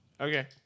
Okay